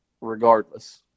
regardless